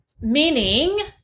Meaning